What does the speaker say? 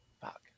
fuck